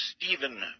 Stephen